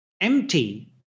empty